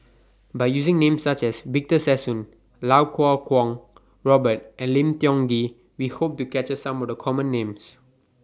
By using Names such as Victor Sassoon Iau Kuo Kwong Robert and Lim Tiong Ghee We Hope to capture Some of The Common Names